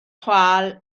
chwâl